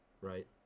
Right